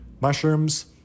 mushrooms